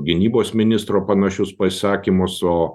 gynybos ministro panašius pasisakymus o